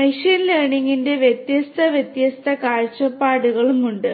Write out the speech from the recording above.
machine ലേണിംഗിന്റെ വ്യത്യസ്ത വ്യത്യസ്ത കാഴ്ചപ്പാടുകളും ഉണ്ട്